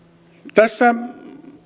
tässä